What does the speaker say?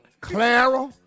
Clara